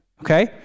Okay